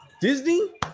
Disney